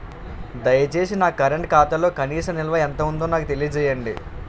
దయచేసి నా కరెంట్ ఖాతాలో కనీస నిల్వ ఎంత ఉందో నాకు తెలియజేయండి